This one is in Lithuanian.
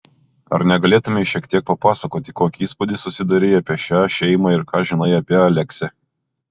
ar negalėtumei šiek tiek papasakoti kokį įspūdį susidarei apie šią šeimą ir ką žinai apie aleksę